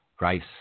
rice